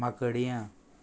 माकडयां